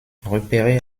repéré